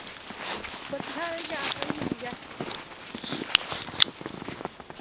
बच्चे साढ़े गैस होई जन्दी ऐ